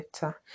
better